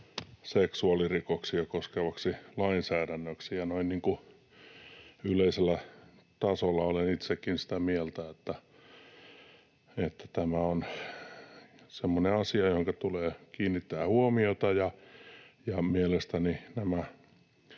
seksuaalirikoksia koskevaksi lainsäädännöksi, ja noin niin kuin yleisellä tasolla olen itsekin sitä mieltä, että tämä on semmoinen asia, johonka tulee kiinnittää huomiota, ja mielestäni